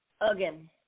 again